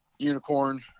unicorn